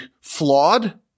flawed